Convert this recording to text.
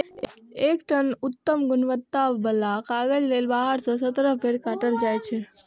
एक टन उत्तम गुणवत्ता बला कागज लेल बारह सं सत्रह पेड़ काटल जाइ छै